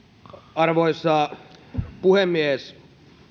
arvoisa puhemies